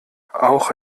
auch